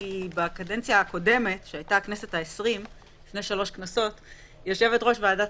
בקדנציה הקודמת של הכנסת הייתי יושבת-ראש ועדת